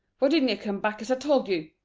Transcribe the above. why didn't yer come back as i told you?